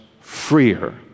freer